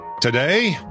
Today